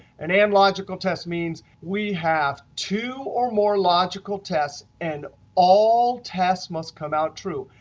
an and logical test means we have two or more logical tests and all tasks must come out true.